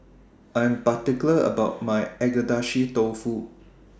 I'm particular about My Agedashi Dofu